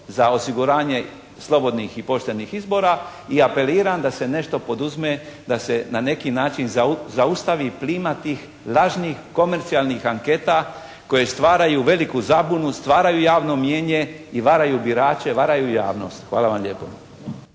za osiguranje slobodnih i poštenih izbora. I apeliram da se nešto poduzme da se na neki način zaustavi plima tih lažnih komercijalnih anketa koje stvaraju veliku zabunu, stvaraju javno mnijenje i varaju birače, varaju javnost. Hvala vam lijepo.